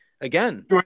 again